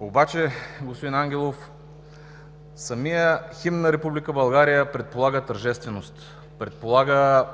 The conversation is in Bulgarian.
Обаче, господин Ангелов, самият химн на Република България предполага тържественост, предполага